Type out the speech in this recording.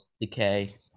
decay